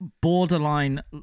borderline